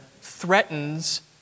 threatens